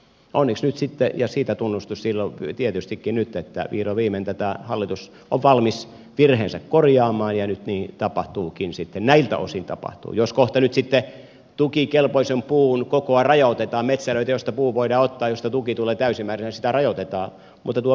onneksi nyt sitten ja siitä tunnustus tietystikin nyt vihdoin viimein tämä hallitus on valmis virheensä korjaamaan ja nyt niin tapahtuukin sitten näiltä osin jos kohta nyt sitten tukikelpoisen puun kokoa rajoitetaan metsälöitä joista puu voidaan ottaa ja joista tuki tulee täysimääräisenä rajoitetaan mutta tuo verokohtelu kuitenkin